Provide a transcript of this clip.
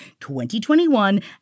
2021